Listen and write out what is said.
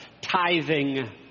tithing